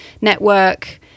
network